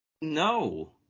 No